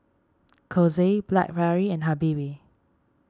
Kose Blackberry and Habibie